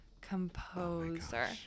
composer